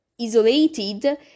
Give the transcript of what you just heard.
isolated